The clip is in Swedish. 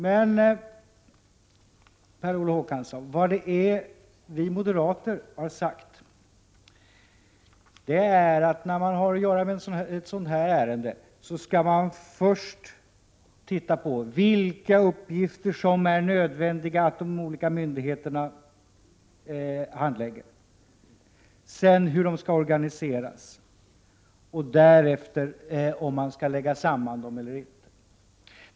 Men, Per Olof Håkansson, vad vi moderater har sagt är att när man har att göra med ett sådant här ärende skall man först titta på vilka uppgifter som det är nödvändigt att de olika myndigheterna handlägger, sedan avgöra hur de skall organiseras och därefter besluta om de skall läggas samman eller inte.